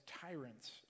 tyrants